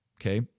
okay